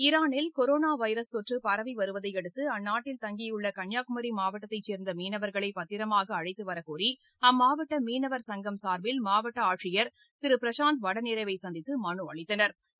ஈரானில் corona virus தொற்று பரவி வருவதையடுத்து அந்நாட்டில் தங்கியுள்ள கன்னியாகுமரி மாவட்டத்தைச் சேர்ந்த மீனவர்களை பத்திரமாக அழைத்துவரக் கோரி அம்மாவட்ட மீனவர் சங்கத்தின் சா்பில் மாவட்ட ஆட்சியா் திரு பிரசாந்த் வடநேரேயை சந்தித்து மலு அளித்தனா்